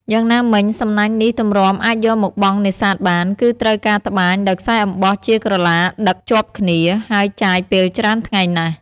យ៉ាងណាមិញ សំណាញ់នេះទម្រាំអាចយកមកបង់នេសាទបាន គឺត្រូវការត្បាញដោយខ្សែអំបោះជាក្រឡាញឹកដឹកជាប់គ្នា ហើយចាយពេលច្រើនថ្ងៃណាស់។